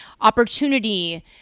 opportunity